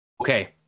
Okay